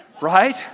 right